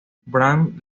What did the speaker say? brant